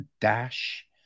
Dash